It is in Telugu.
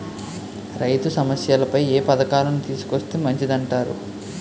రైతు సమస్యలపై ఏ పథకాలను తీసుకొస్తే మంచిదంటారు?